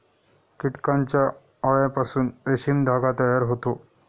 कीटकांच्या अळ्यांपासून रेशीम धागा तयार होतो